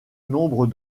nombre